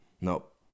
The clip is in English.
Nope